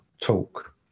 talk